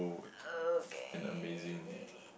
okay